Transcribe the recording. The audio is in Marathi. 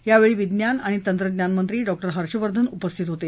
यावेळी विज्ञान आणि तंत्रज्ञानमंत्री डॉक्टर हर्षवर्धन उपस्थित होते